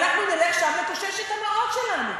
ואנחנו נלך לשם לקושש את המעות שלנו.